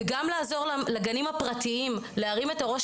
וגם לעזור לגנים הפרטיים להרים את הראש